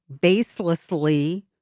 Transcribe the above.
baselessly